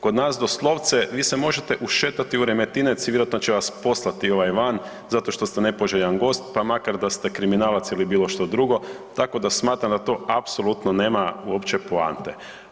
Kod nas doslovce vi se možete ušetati u Remetinec i vjerojatno će vas poslati ovaj van zato što ste nepoželjan gost, pa makar da ste kriminalac ili bilo što drugo, tako da smatram da to apsolutno nema uopće poante.